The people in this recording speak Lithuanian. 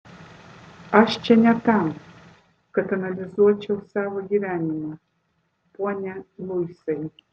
aš čia ne tam kad analizuočiau savo gyvenimą pone luisai